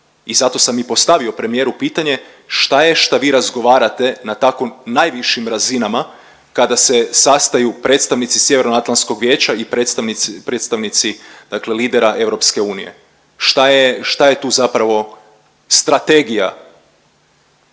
i zato sam i postavio premijeru pitanje šta je šta vi razgovarate na tako najvišim razinama kada se sastaju predstavnici Sjevernoatlantskog vijeća i predstavnici, dakle lidera EU. Šta je tu zapravo strategija?